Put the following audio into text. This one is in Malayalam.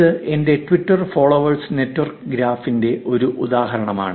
ഇത് എന്റെ ട്വിറ്റർ ഫോളോവേഴ്സ് നെറ്റ്വർക്ക് ഗ്രാഫിന്റെ ഒരു ഉദാഹരണമാണ്